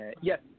Yes